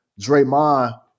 Draymond